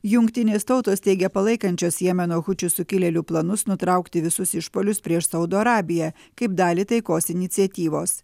jungtinės tautos teigia palaikančios jemeno hučių sukilėlių planus nutraukti visus išpuolius prieš saudo arabiją kaip dalį taikos iniciatyvos